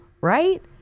right